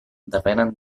depenen